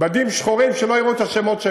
בדים שחורים, שלא יראו את השמות שלנו.